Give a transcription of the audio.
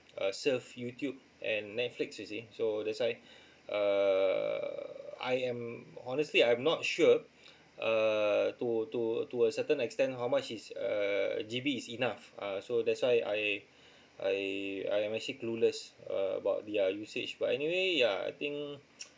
uh surf YouTube and Netflix you see so that's why err I am honestly I'm not sure err to to to a certain extent how much is err G_B is enough ah so that's why I I I'm actually clueless uh about their usage but anyway yeah I think